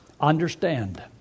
understand